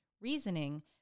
reasoning